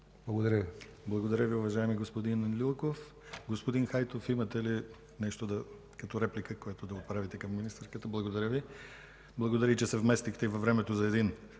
ГЛАВЧЕВ: Благодаря Ви, уважаеми господин Лилков. Господин Хайтов, имате ли реплика, която да отправите към министъра? Не. Благодаря Ви, че се вместихте и във времето за един